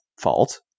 fault